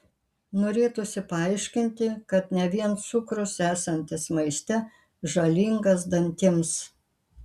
norėtųsi paaiškinti kad ne vien cukrus esantis maiste žalingas dantims